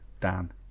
dan